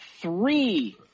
three